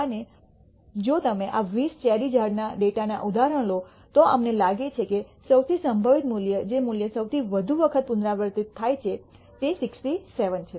અને જો તમે આ 20 ચેરી ટ્રી ડેટાના ઉદાહરણ લો તો અમને લાગે છે કે સૌથી સંભવિત મૂલ્ય જે મૂલ્ય વધુ વખત પુનરાવર્તિત થાય છે તે 67 છે